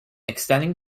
extending